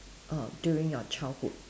err during your childhood